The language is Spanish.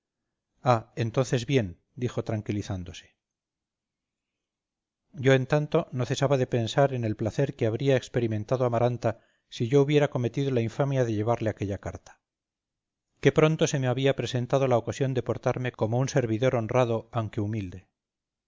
ah entonces bien dijo tranquilizándose yo en tanto no cesaba de pensar en el placer que habría experimentado amaranta si yo hubiera cometido la infamia de llevarle aquella carta qué pronto se me había presentado la ocasión de portarme como un servidor honrado aunque humilde